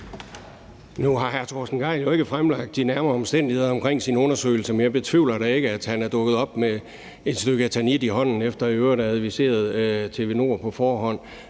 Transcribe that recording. Nu har hr. Torsten Gejl jo ikke fremlagt de nærmere omstændigheder omkring sin undersøgelse, men jeg betvivler ikke, at han er dukket op med et stykke eternit i hånden efter i øvrigt at have adviseret TV 2 Nord på forhånd.